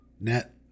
net